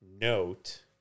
note